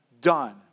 done